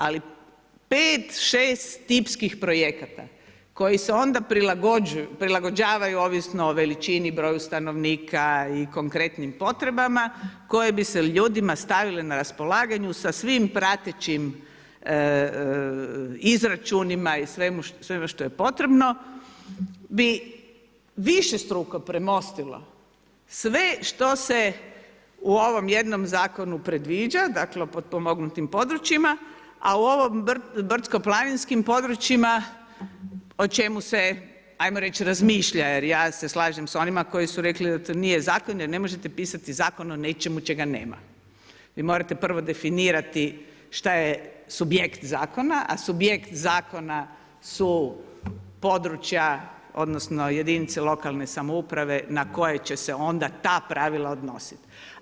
Ali 5, 6, tipskih projekata koji se onda prilagođavaju, ovisno o veličini, broju stanovnika i konkretnim potrebama koji bi se ljudima stavili na raspolaganje sa svim pratećim izračunima i svemu što je potrebno bi višestruko premostilo sve što se u ovom jednom zakonu predviđa, dakle o potpomognutim područjima, a u ovom brdsko planinskim područjima o čemu se, ajmo reć razmišlja, jer ja se slažem s onima koji su rekli da to nije zakon jer ne možete pisati zakon o nečemu čega nema. jer morate prvo definirati šta je subjekt zakona, a subjekt zakona su područja, odnosno jedinice lokalne samouprave na koje će se onda ta pravila odnosit.